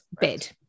bed